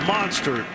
Monster